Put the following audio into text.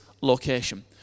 location